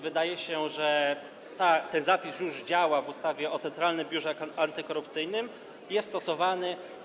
Wydaje się, że ten zapis już działa w ustawie o Centralnym Biurze Antykorupcyjnym, jest stosowany.